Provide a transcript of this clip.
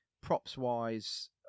props-wise